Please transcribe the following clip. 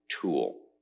tool